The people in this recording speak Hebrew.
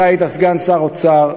אתה היית סגן שר אוצר,